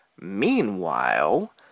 Meanwhile